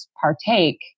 partake